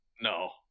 No